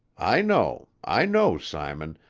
i know, i know, simon,